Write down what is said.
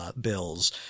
bills